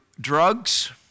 drugs